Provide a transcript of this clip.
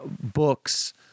books